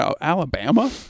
Alabama